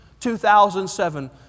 2007